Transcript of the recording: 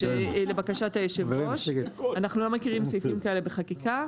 לבקשת יושב הראש אנחנו לא מכירים סעיפים כאלה בחקיקה,